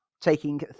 taking